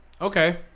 Okay